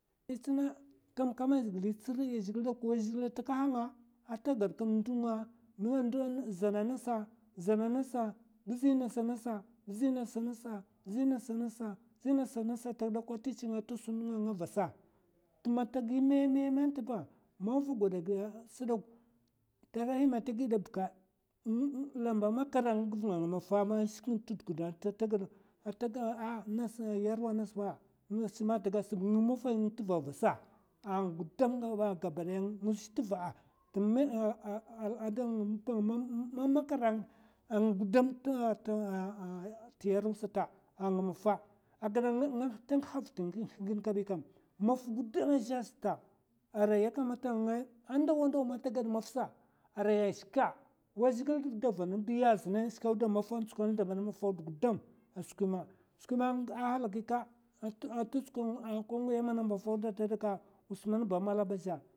Yetuna kam kam a zhigile nga tsiri a zhigile. wa zhigile atakahanga ndo nga, ata gaɓ zana a nga sa vizi ngasa a ngasa ta gime ataba ma vogwaɓa se dok, zana ngasa vezi ngasa. ata sun nga a nga avasa. ko man ta gime me me ante ba atagaɓ dalahi nga lamba makar aguva nga anga maffa ashke naga te dukud, taka ha angasa ma agiya arasa ma atagada seba, nga maffay nga zhe teva avasa. araman te yerwa sata, ta nguha avut nga ngih kabi sa te alada nga mamakar anga te yerwa sata, aray yakamata nga maffa nga ngazhe asata. araya a shika away zhigile da vana biya a tsukoɓ, nzlembaɓ maffa auda gudam ahalaki ka ta tsuka gungiya mana a maffa auda ata gaɓka usman ba mala ba azhe.